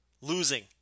losing